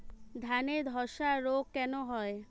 ধানে ধসা রোগ কেন হয়?